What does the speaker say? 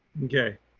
okay,